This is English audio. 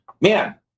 man